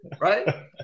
Right